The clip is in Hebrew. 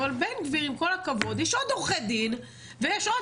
אבל בן גביר עם כל הכבוד יש עוד עורכי דין ויש עוד